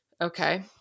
Okay